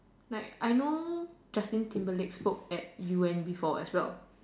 like I know justing Timberlake spoke at U_N before as well